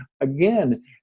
again